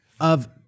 of-